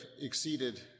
exceeded